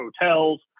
hotels